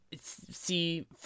see